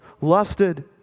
lusted